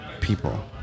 people